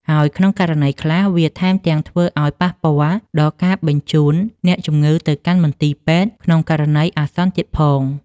ហើយក្នុងករណីខ្លះ វាថែមទាំងធ្វើឱ្យប៉ះពាល់ដល់ការបញ្ជូនអ្នកជំងឺទៅកាន់មន្ទីរពេទ្យក្នុងករណីអាសន្នទៀតផង។